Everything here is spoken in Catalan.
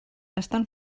estan